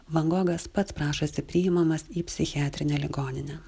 van gogas pats prašosi priimamas į psichiatrinę ligoninę